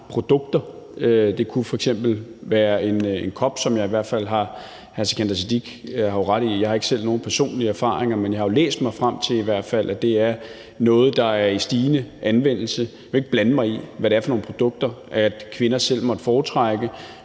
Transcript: produkter. Det kunne f.eks. være en kop, selv om hr. Sikandar Siddique har ret i, at jeg ikke har personlige erfaringer, men jeg har læst mig frem til, at det er noget, det er i stigende anvendelse. Jeg vil ikke blande mig i, hvad det er for nogle produkter, kvinder måtte foretrække,